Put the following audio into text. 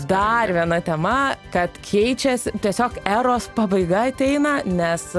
dar viena tema kad keičiasi tiesiog eros pabaiga ateina nes